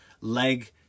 leg